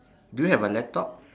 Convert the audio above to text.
do you have a laptop